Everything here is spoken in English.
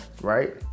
right